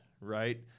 right